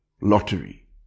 lottery